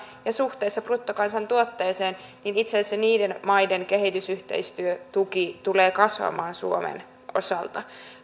ja suhteessa bruttokansantuotteeseen ja itse asiassa niiden maiden kehitysyhteistyötuki tulee kasvamaan suomen osalta